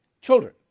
children